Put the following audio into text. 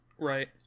Right